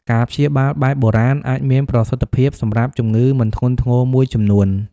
ការព្យាបាលបែបបុរាណអាចមានប្រសិទ្ធភាពសម្រាប់ជំងឺមិនធ្ងន់ធ្ងរមួយចំនួន។